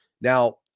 Now